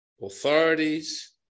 authorities